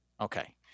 Okay